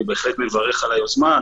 אני בהחלט מברך על היוזמה.